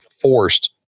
forced